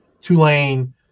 Tulane